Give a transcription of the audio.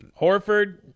Horford